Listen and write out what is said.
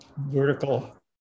vertical